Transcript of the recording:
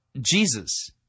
Jesus